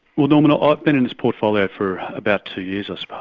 well norman ah ah i've been in this portfolio for about two years, i suppose,